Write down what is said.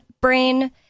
brain